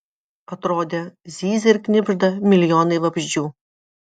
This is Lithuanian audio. atrodė zyzia ir knibžda milijonai vabzdžių